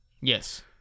Yes